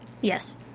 Yes